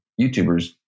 YouTubers